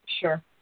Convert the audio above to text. Sure